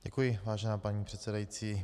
Děkuji, vážená paní předsedající.